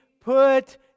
put